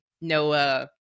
no